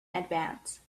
advance